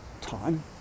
Time